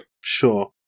Sure